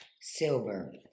silver